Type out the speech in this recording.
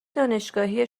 دانشگاهی